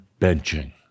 benching